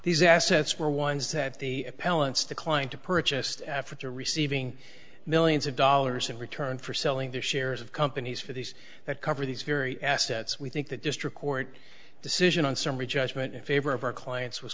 these assets were ones that the appellant's declined to purchased africa receiving millions of dollars in return for selling their shares of companies for these that cover these very assets we think the district court decision on summary judgment in favor of our clients was